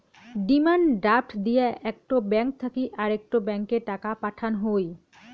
demand draft দিয়া একটো bank থাকি আরেকটো ব্যাংকে টাকা পাঠান হই